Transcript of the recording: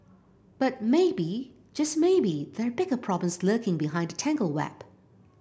but maybe just maybe there are bigger problems lurking behind the tangled web